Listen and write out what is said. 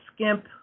skimp